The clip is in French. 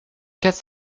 quatre